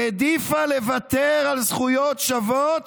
העדיפה לוותר על זכויות שוות